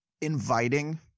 inviting